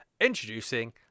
introducing